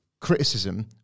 criticism